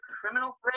criminal